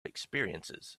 experiences